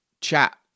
chat